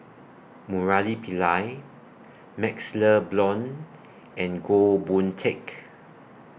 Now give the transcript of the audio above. Murali Pillai MaxLe Blond and Goh Boon Teck